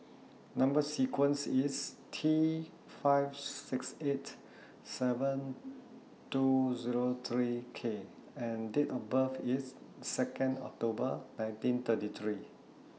Number sequence IS T five six eight seven two Zero three K and Date of birth IS Second October nineteen thirty three